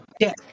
Yes